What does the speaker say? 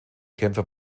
kämpfer